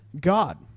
God